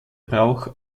brauch